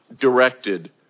directed